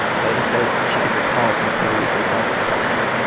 zaida says she gets a call from puerto rico's health department.